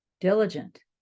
diligent